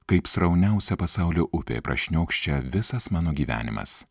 kaip srauniausia pasaulio upė prašniokščia visas mano gyvenimas